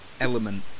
element